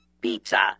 pizza